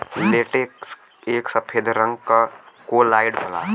latex एक सफेद रंग क कोलाइड होला